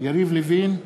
יריב לוין,